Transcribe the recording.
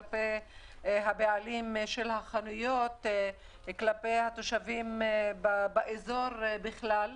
כלפי הבעלים של החנויות וכלפי התושבים באזור בכלל.